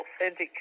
authentic